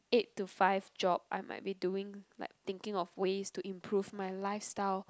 eight to five job I might be doing like thinking of ways to improve my lifestyle